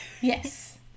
Yes